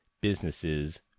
businesses